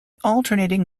alternating